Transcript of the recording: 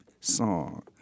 song